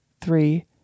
three